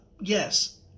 Yes